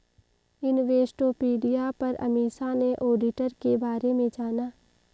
Investopedia पर अमीषा ने auditor के बारे में जाना